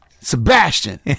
Sebastian